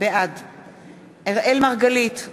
בעד אראל מרגלית,